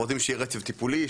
וגם שיהיה רצף טיפולי,